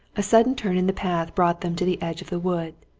a sudden turn in the path brought them to the edge of the wood,